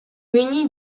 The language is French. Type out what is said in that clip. munis